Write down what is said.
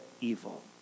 evil